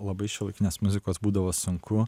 labai šiuolaikinės muzikos būdavo sunku